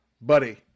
Buddy